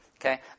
Okay